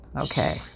Okay